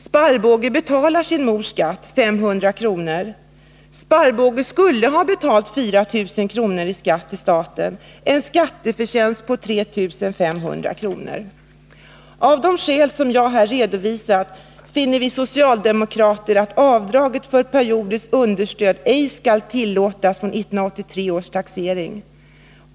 Sparrbåge betalar sin mors skatt, 500 kr. Sparrbåge skulle ha betalt 4 000 kr. i skatt — en skatteförtjänst på 3 500 kr. Av de skäl som jag har redovisat finner vi socialdemokrater att avdrag för periodiskt understöd ej bör tillåtas fr.o.m. 1983 års taxering.